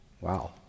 Wow